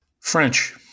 French